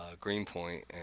Greenpoint